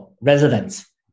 residents